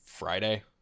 friday